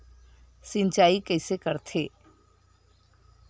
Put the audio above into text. सिंचाई कइसे करथे?